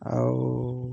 ଆଉ